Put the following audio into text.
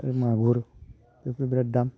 आरो मागुर बेबो बिराथ दाम